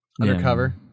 undercover